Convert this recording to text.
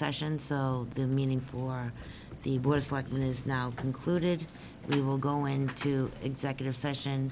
session so the meaning for the boys like liz now concluded we will go into executive session